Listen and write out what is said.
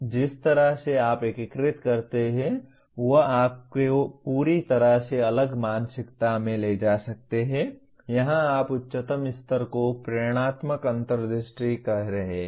अब जिस तरह से आप एकीकृत करते हैं वह आपको पूरी तरह से अलग मानसिकता में ले जा सकता है यहां आप उच्चतम स्तर को प्रेरणात्मक अंतर्दृष्टि कह रहे हैं